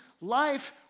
life